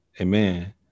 Amen